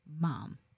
mom